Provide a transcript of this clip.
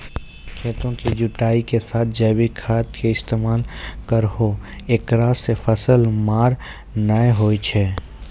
खेतों के जुताई के साथ जैविक खाद के इस्तेमाल करहो ऐकरा से फसल मार नैय होय छै?